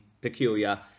peculiar